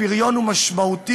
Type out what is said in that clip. הפריון הוא משמעותית